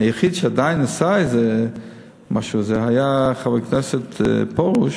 היחיד שעדיין עשה איזה משהו היה חבר הכנסת פרוש,